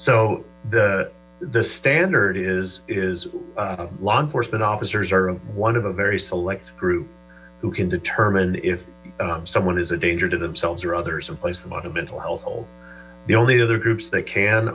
so the the standard is is law enforcement officers are one of a very select group who can determine if someone is a danger to themselves or others place them on a mental health road the only other groups that can